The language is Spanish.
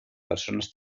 personas